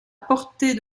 portée